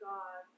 God